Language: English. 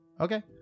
Okay